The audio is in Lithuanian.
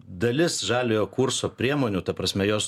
dalis žaliojo kurso priemonių ta prasme jos